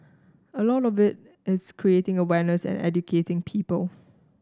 a lot of it is creating awareness and educating people